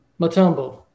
Matumbo